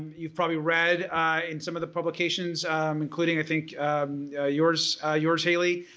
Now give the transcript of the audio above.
you've probably read in some of the publications including i think yours yours hayley,